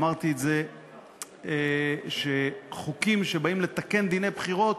אמרתי שחוקים שבאים לתקן דיני בחירות,